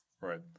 right